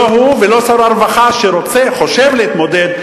לא הוא ולא שר הרווחה שחושב להתמודד,